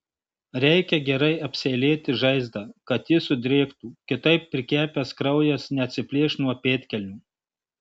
reikia gerai apseilėti žaizdą kad ji sudrėktų kitaip prikepęs kraujas neatsiplėš nuo pėdkelnių